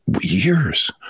years